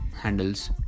handles